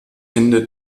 ende